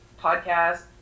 podcast